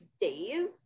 days